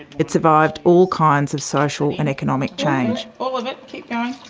it survived all kinds of social and economic change. all of it, keep going, yes,